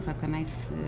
reconnaissent